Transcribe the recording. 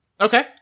Okay